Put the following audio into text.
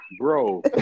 bro